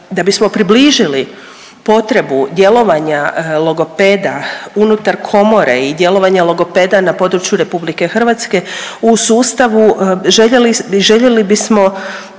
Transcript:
da bismo približili potrebu djelovanja logopeda unutar komore i djelovanje logopeda na području Republike Hrvatske u sustavu željeli bismo